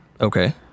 Okay